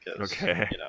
Okay